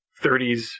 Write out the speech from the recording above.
30s